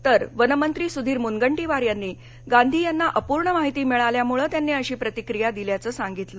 तर वनमंत्री सुधीर मुनगंटीवार यांनी गांधी यांना अपूर्ण माहिती मिळाल्यामुळं त्यांनी अशी प्रतिक्रिया दिल्याचं सांगितलं